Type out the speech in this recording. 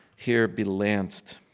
here be lanced.